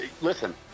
Listen